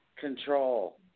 control